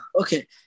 okay